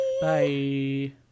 Bye